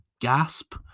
gasp